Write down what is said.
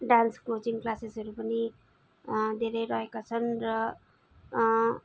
dance coaching क्लासेसहरू पनि धेरै रहेका छन् र